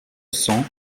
cents